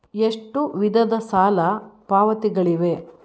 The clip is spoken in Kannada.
ಎಷ್ಟು ವಿಧದ ಸಾಲ ಪಾವತಿಗಳಿವೆ?